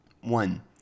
One